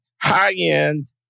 high-end